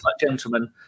gentlemen